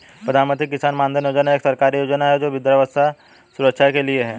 प्रधानमंत्री किसान मानधन योजना एक सरकारी योजना है जो वृद्धावस्था सुरक्षा के लिए है